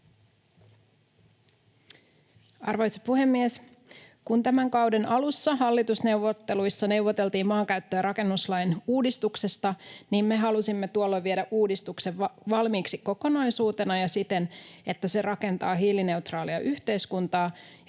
Arvoisa puhemies! Kun tämän kauden alussa hallitusneuvotteluissa neuvoteltiin maankäyttö- ja rakennuslain uudistuksesta, me halusimme tuolloin viedä uudistuksen valmiiksi kokonaisuutena ja siten, että se rakentaa hiilineutraalia yhteiskuntaa